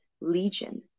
Legion